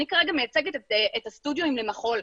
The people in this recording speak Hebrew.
אני כרגע מייצגת את הסטודיואים למחול.